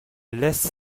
laisse